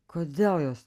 kodėl jos